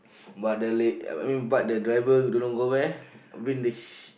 but the la~ uh I mean but the driver don't know go where I mean the sh~